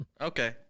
Okay